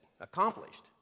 accomplished